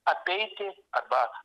apeiti arba